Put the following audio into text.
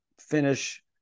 finish